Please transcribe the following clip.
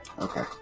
Okay